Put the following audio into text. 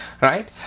right